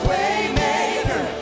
Waymaker